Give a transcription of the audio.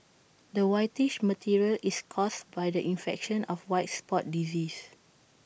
the whitish material is caused by the infection of white spot disease